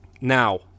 now